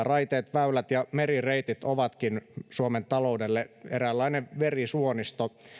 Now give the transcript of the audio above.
raiteet väylät ja merireitit ovatkin suomen taloudelle eräänlainen verisuonisto